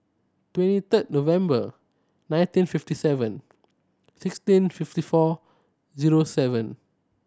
twenty third November nineteen fifty seven sixteen fifty four zero seven